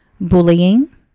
bullying